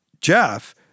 Jeff